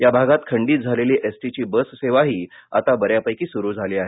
या भागात खंडित झालेली एसटीची बससेवाही आता बऱ्यापैकी सूरू झाली आहे